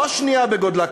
לא השנייה בגודלה,